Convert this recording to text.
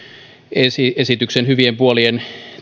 esityksen hyvien puolien